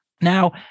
now